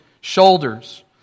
shoulders